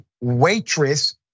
waitress